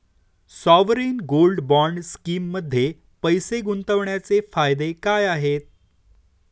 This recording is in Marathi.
सॉवरेन गोल्ड बॉण्ड स्कीममध्ये पैसे गुंतवण्याचे फायदे काय आहेत?